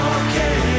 okay